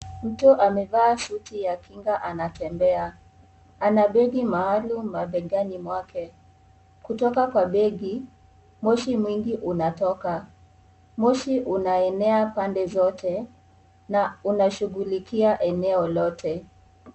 Mtu amevaa suti ya kinga anatembea, ana begi maalum mabegani mwake . Kutoka Kwa begi Moshi mwingi unatoka, Moshi unaenea pande zote na unashugulikia eneo lote.